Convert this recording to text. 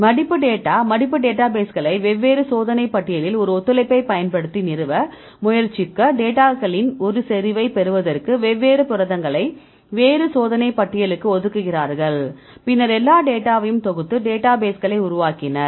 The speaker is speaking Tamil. மடிப்பு டேட்டா மடிப்பு டேட்டாபேஸ்களை வெவ்வேறு சோதனை பட்டியலில் ஒரு ஒத்துழைப்பைப் பயன்படுத்தி நிறுவ முயற்சிக்க டேட்டாக்களின் ஒரே செறிவுகளைப் பெறுவதற்கு வெவ்வேறு புரதங்களை வேறு சோதனை பட்டியலுக்கு ஒதுக்குகிறார்கள் பின்னர் எல்லா டேட்டாவையும் தொகுத்து டேட்டாபேஸ்களை உருவாக்கினர்